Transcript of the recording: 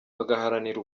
bagaharanira